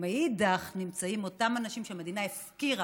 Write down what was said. ומנגד נמצאים אותם אנשים שהמדינה הפקירה,